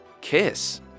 Kiss